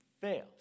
fails